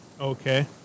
Okay